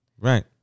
Right